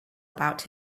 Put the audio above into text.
about